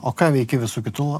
o ką veiki visu kitu